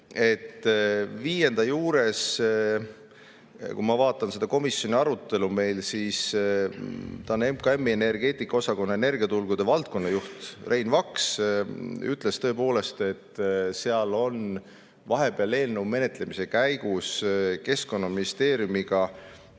ütled. Viienda juures, kui ma vaatan seda komisjoni arutelu meil, siis MKM‑i energeetikaosakonna energiaturgude valdkonna juht Rein Vaks ütles tõepoolest, et seal on vahepeal eelnõu menetlemise käigus Keskkonnaministeeriumiga